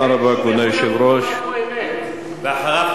ואחריו,